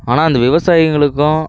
ஆனால் அந்த விவசாயிங்களுக்கும்